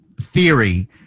theory